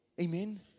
Amen